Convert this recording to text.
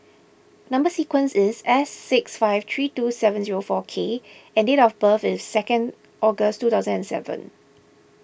Number Sequence is S six five three two seven zero four K and date of birth is second August two thousand and seven